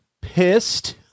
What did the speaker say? pissed